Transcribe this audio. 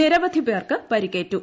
നിരവധി പേർക്ക് പരിക്കേറ്റു